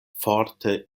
forte